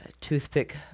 Toothpick